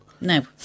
No